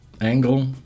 angle